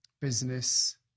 business